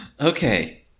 Okay